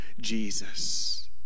Jesus